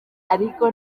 ariko